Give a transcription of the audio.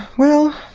well,